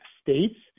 states